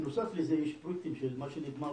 בנוסף לזה יש פרויקטים של מה שנגמר,